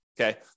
Okay